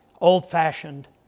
old-fashioned